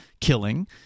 killing